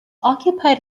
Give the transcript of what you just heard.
occupied